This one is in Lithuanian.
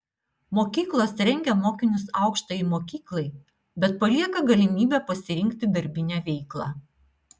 mokyklos rengia mokinius aukštajai mokyklai bet palieka galimybę pasirinkti darbinę veiklą